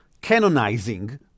canonizing